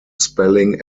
spelling